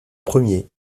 premier